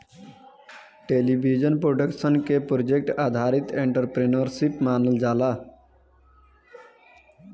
television production के project आधारित entrepreneurship मानल जाला